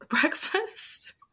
breakfast